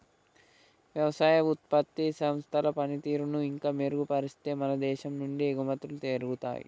వ్యవసాయ ఉత్పత్తి సంస్థల పనితీరును ఇంకా మెరుగుపరిస్తే మన దేశం నుండి ఎగుమతులు పెరుగుతాయి